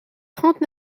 trente